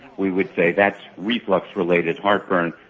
we would say that's reflux related heartburn,